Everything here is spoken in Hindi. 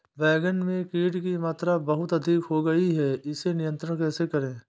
बैगन में कीट की मात्रा बहुत अधिक हो गई है इसे नियंत्रण कैसे करें?